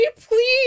please